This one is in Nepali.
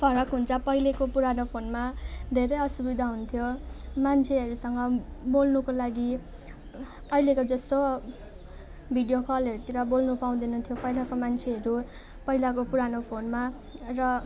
फरक हुन्छ पहिलेको पुरानो फोनमा धेरै असुविधा हुन्थ्यो मान्छेहरूसँग बोल्नुको लागि अहिलेको जस्तो भिडियो कलहरूतिर बोल्नु पाउँदैन थियो पहिलाको मान्छेहरू पहिलाको पुरानो फोनमा र